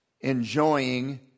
enjoying